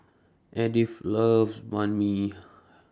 Edith loves Banh MI